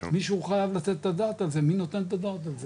מי נותן את הדעת על זה?